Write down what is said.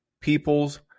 People's